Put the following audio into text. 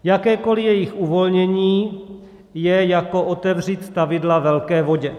Jakékoli jejich uvolnění je jako otevřít stavidla velké vodě.